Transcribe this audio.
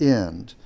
end